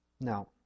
Now